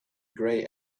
grey